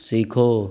सीखो